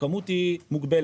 הכמות היא מוגבלת.